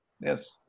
Yes